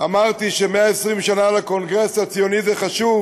אמרתי ש-120 שנה לקונגרס הציוני זה חשוב,